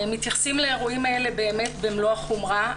מתייחסים לאירועים האלה באמת במלוא החומרה.